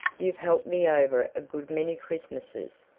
you've helped me over a good many christmases.